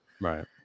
right